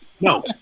No